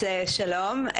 שלום,